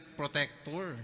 protector